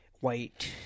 white